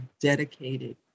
dedicated